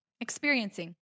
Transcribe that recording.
Experiencing